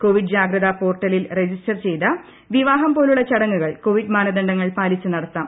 Covid Jagratha പോർട്ടലിൽ register ചെയ്ത വിവാഹം പോലുള്ള ചടങ്ങുകൾ കോവിഡ് ക്ട്രിന്ദ്ണ്ഡങ്ങൾ പാലിച്ച് നടത്താം